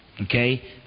Okay